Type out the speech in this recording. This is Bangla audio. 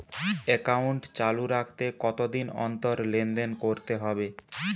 একাউন্ট চালু রাখতে কতদিন অন্তর লেনদেন করতে হবে?